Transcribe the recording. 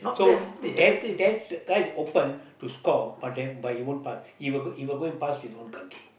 so that that guy's open to score for them but he won't pass he will he will go and pass him own kaki